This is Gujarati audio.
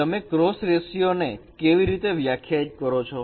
તમે ક્રોસ રેશીયો ને કેવી રીતે વ્યાખ્યાયિત કરો છો